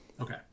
Okay